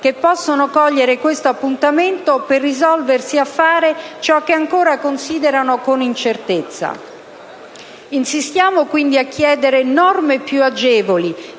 che possono cogliere questo appuntamento per risolversi a fare ciò che ancora considerano con incertezza. Insistiamo quindi a chiedere norme più agevoli